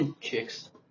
Chicks